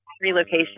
relocation